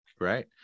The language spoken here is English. Right